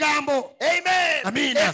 Amen